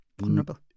vulnerable